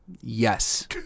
Yes